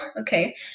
Okay